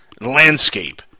landscape